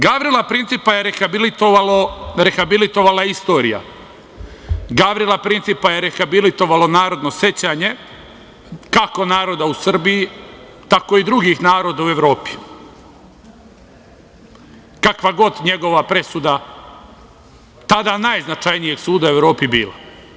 Gavrila Principa je rehabilitovala istorija, Gavrila Principa je rehabilitovalo narodno sećanje, kako naroda u Srbiji, tako i drugih naroda u Evropi, kakva god njegova presuda tada najznačajnijeg suda u Evropi bilo.